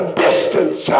distance